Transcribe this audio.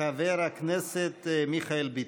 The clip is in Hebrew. חבר הכנסת מיכאל ביטון.